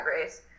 race